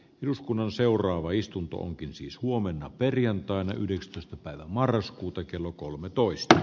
eduskunnan seuraava istunto onkin siis huomenna perjantaina yhdistys päivä marraskuuta kello kolmetoista